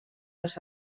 els